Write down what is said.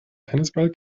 tennisball